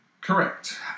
Correct